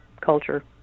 culture